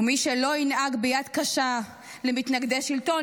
ומי שלא ינהג ביד קשה למתנגדי שלטון,